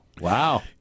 wow